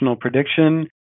prediction